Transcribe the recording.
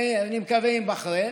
ואני מקווה עם בחריין.